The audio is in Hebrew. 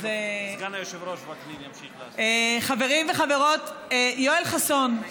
חברים וחברות, יואל חסון,